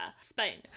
Spain